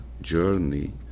journey